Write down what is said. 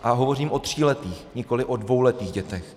A hovořím o tříletých, nikoliv o dvouletých dětech.